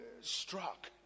struck